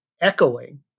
echoing